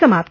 समाप्त